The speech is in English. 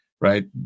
right